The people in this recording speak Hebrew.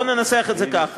בואו ננסח את זה ככה.